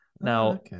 Now